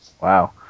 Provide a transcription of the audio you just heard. Wow